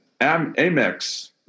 Amex